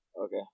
Okay